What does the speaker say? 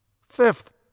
Fifth